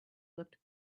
looked